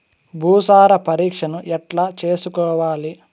భూసార పరీక్షను ఎట్లా చేసుకోవాలి?